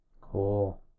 Cool